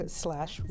slash